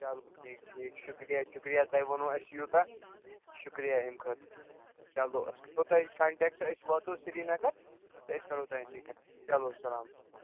چلو ٹھیٖک ٹھیٖک شُکریہِ شُکریہِ تۄہہِ ووٚنوٕ اَسہِ یوٗتاہ شُکریہِ اَمہِ خٲطرٕ چلو أسۍ کَرو تۄہہِ کَنٹیکٹہٕ أسۍ واتو سِری نگر تہٕ أسۍ کَرو تۄہہِ سۭتۍ کَن چلو سلام